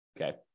Okay